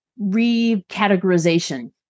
recategorization